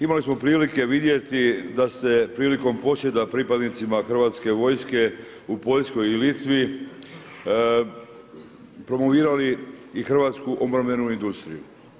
Imali smo prilike vidjeti da ste prilikom posjeta pripadnicima Hrvatske vojske u Poljskoj i Litvi promovirali i hrvatsku obrambenu industriju.